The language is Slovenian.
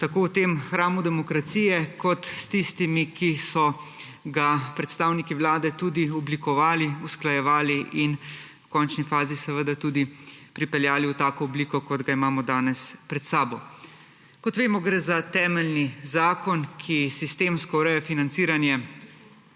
tako v tem hramu demokracije kot tistih, ki so ga – predstavniki Vlade – tudi oblikovali, usklajevali in v končni fazi tudi pripeljali v tako obliko, kot ga imamo danes pred sabo. Kot vemo, gre za temeljni zakon, ki sistemsko ureja financiranje